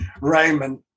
Raymond